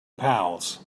pals